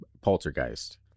poltergeist